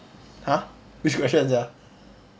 !huh! which question sia